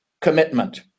commitment